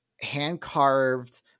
hand-carved